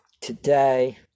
today